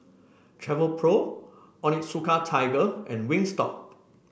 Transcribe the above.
Travelpro Onitsuka Tiger and Wingstop